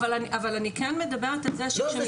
אבל אני כן מדברת על זה שכשמסתכלים על פערים --- לא,